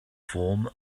form